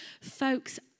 Folks